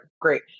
great